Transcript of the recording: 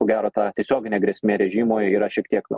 ko gero ta tiesioginė grėsmė režimui yra šiek tiek na